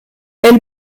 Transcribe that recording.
elle